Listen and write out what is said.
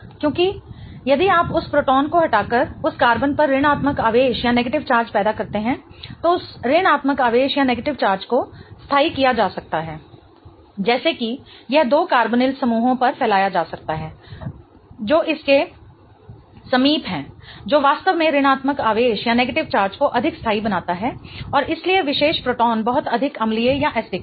क्योंकि यदि आप उस प्रोटॉन को हटाकर उस कार्बन पर ऋणात्मक आवेश पैदा करते हैं तो उस ऋणात्मक आवेश को स्थाई किया जा सकता है जैसे कि यह दो कार्बोनिल समूहों पर फैलाया जा सकता है जो इसके समीप हैं जो वास्तव में ऋणात्मक आवेश को अधिक स्थाई बनाता है और इसलिए विशेष प्रोटॉन बहुत अधिक अम्लीय है